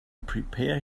prepare